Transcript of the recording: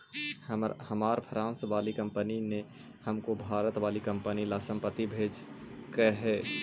हमार फ्रांस वाली कंपनी ने हमको भारत वाली कंपनी ला संपत्ति भेजकई हे